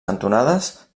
cantonades